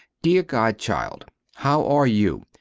deer godchild how are you?